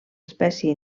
espècie